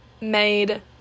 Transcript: made